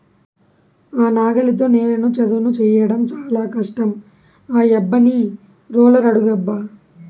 ఆ నాగలితో నేలను చదును చేయడం చాలా కష్టం ఆ యబ్బని రోలర్ అడుగబ్బా